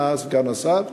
סגן השר,